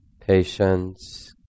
patience